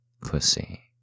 pussy